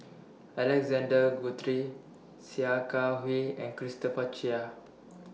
Alexander Guthrie Sia Kah Hui and Christopher Chia